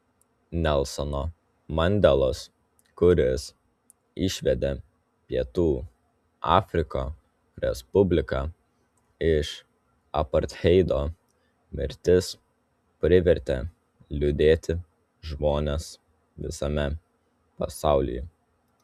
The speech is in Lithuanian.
nelsono mandelos kuris išvedė pietų afriko respubliką iš apartheido mirtis privertė liūdėti žmones visame pasaulyje